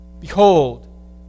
Behold